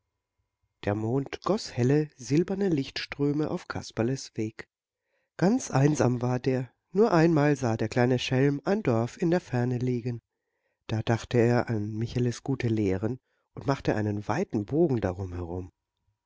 der mond goß helle silberne lichtströme auf kasperles weg ganz einsam war der nur einmal sah der kleine schelm ein dorf in der ferne liegen da dachte er an micheles gute lehren und machte einen weiten bogen darum herum